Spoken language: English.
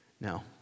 Now